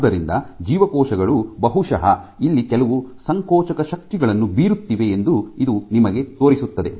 ಆದ್ದರಿಂದ ಜೀವಕೋಶಗಳು ಬಹುಶಃ ಇಲ್ಲಿ ಕೆಲವು ಸಂಕೋಚಕ ಶಕ್ತಿಗಳನ್ನು ಬೀರುತ್ತಿವೆ ಎಂದು ಇದು ನಿಮಗೆ ತೋರಿಸುತ್ತದೆ